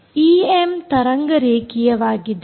EM ತರಂಗ ರೇಖೀಯವಾಗಿದೆ